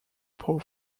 poor